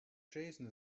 jason